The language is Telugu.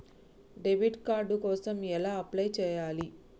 డెబిట్ కార్డు కోసం ఎలా అప్లై చేయాలి?